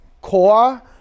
Core